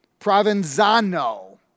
Provenzano